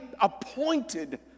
appointed